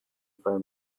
five